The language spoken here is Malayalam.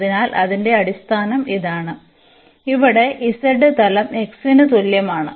അതിനാൽ അതിന്റെ അടിസ്ഥാനം ഇതാണ് ഇവിടെ z തലം x ന് തുല്യമാണ്